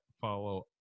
follow